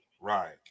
Right